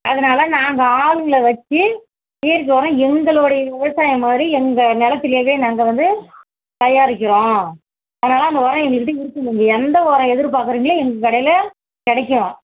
அதனால் நாங்கள் ஆளுங்களை வச்சு இயற்கை உரம் எங்களுடைய விவசாயம் மாதிரி எங்கள் நிலத்துலேவே நாங்கள் வந்து தயாரிக்கிறோம் அதனால் அந்த உரம் எங்கள்கிட்ட இருக்கு நீங்கள் எந்த உரம் எதிர்பார்க்குறிங்களோ எங்கள் கடையில் கிடைக்கும்